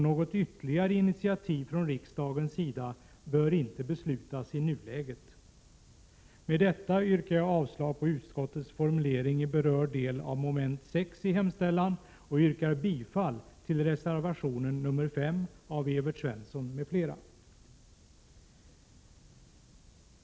Något ytterligare initiativ från riksdagens sida bör inte beslutas i nuläget. Med detta yrkar jag avslag på utskottets formulering i berörd del under mom. 6 i hemställan och bifall till reservation 5 av Evert Svensson m.fl.